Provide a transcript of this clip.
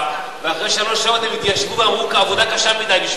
ואחרי שלוש שעות הם התיישבו ואמרו: העבודה קשה מדי בשבילנו,